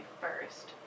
first